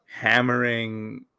hammering